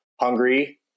hungry